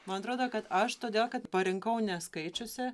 man atrodo kad aš todėl kad parinkau neskaičiusi